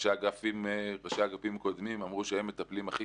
ראשי אגפים קודמים אמרו שהם מטפלים הכי